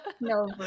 no